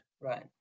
right